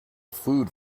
food